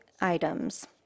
items